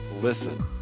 listen